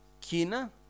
kina